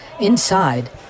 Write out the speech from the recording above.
Inside